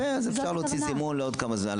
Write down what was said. אפשר להוציא זימון לעוד כמה זמן,